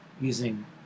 using